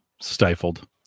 Stifled